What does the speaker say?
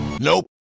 Nope